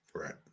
right